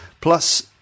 plus